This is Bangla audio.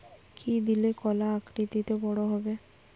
কি দিলে কলা আকৃতিতে বড় হবে?